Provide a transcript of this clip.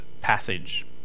Passage